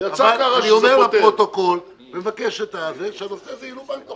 אבל אני אומר לפרוטוקול ומבקש שהנושא הזה ילובן.